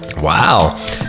Wow